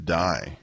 die